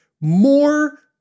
More